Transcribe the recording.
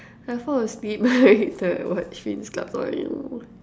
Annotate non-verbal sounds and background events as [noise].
I fall asleep [laughs] watch winx-club sorry mm